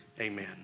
Amen